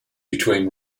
between